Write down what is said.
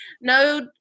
no